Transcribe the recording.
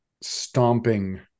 stomping